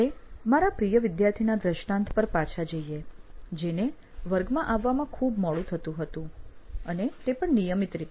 આપણે મારા પ્રિય વિદ્યાર્થીના દ્રષ્ટાંત પર પાછા જઈએ જેને વર્ગમાં આવવામાં ખૂબ મોડું થતું હતું અને તે પણ નિયમિત રીતે